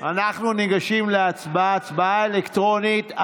אנחנו ניגשים להצבעה אלקטרונית.